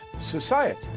society